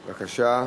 בבקשה,